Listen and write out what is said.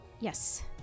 Yes